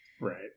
Right